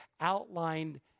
outlined